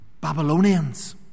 Babylonians